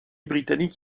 britanniques